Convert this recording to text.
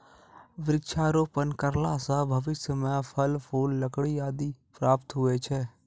वृक्षारोपण करला से भविष्य मे फल, फूल, लकड़ी आदि प्राप्त हुवै छै